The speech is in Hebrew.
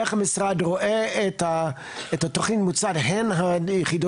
איך המשרד רואה את התכנית הן מצד יחידות